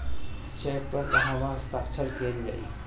Check पर कहवा हस्ताक्षर कैल जाइ?